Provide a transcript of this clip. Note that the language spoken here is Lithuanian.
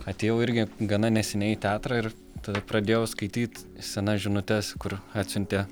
atėjau irgi gana neseniai į teatrą ir tada pradėjau skaityti senas žinutes kur atsiuntė